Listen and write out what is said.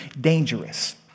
dangerous